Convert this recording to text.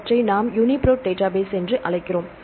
அவற்றை நாம் UniProt database என்று அழைக்கிறோம்